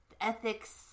ethics